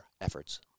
efforts